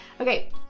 Okay